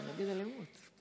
לא אלימות.